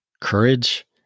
courage